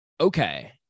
Okay